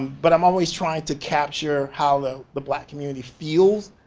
but i'm always trying to capture how the the black community feels.